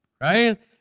Right